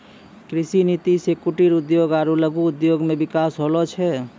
कृषि नीति से कुटिर उद्योग आरु लघु उद्योग मे बिकास होलो छै